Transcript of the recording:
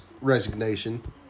resignation